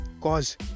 cause